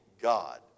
God